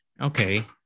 Okay